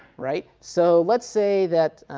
right. so let's say that